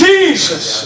Jesus